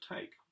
take